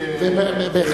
לא רק